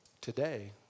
today